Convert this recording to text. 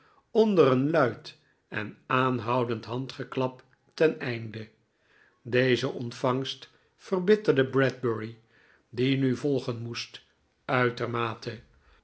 onder een luid en aanhoudend handgeklap ten einde deze ontvangst verbitterde bradbury die nu volgen moest uitermate